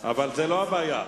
אתה לא, אבל זאת לא הבעיה.